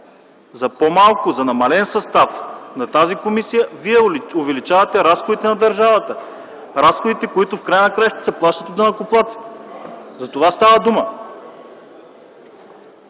на парите. За намален състав на тази комисия вие увеличавате разходите на държавата – разходите, които в края на краищата се плащат от данъкоплатците. Затова става дума.